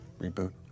Reboot